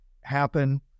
happen